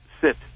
sit